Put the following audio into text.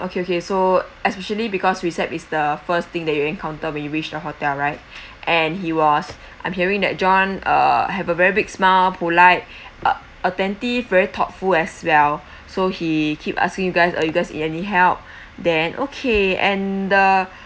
okay okay so especially because recept is the first thing that you encounter when you reach the hotel right and he was I'm hearing that john uh have a very big small polite uh attentive very thoughtful as well so he keep asking you guys are you guys in any help then okay and the